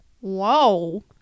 whoa